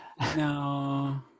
No